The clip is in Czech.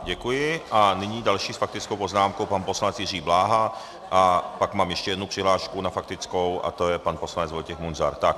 Děkuji a nyní další s faktickou poznámkou pan poslanec Jiří Bláha a pak mám ještě jednu přihlášku na faktickou a to je pan poslanec Vojtěch Munzar.